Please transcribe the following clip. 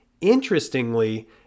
Interestingly